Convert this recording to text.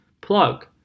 Plug